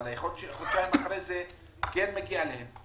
אבל יכול להיות שחודשיים אחרי זה כן מגיע להם.